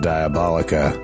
Diabolica